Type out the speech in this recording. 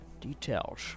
Details